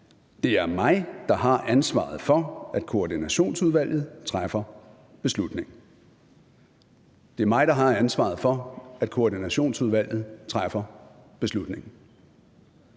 Det er mig, der har ansvaret for, at Koordinationsudvalget træffer beslutning.